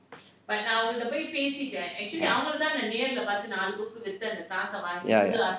ya